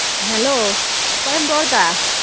hello ᱚᱠᱚᱭᱮᱢ ᱨᱚᱲ ᱮᱫᱟ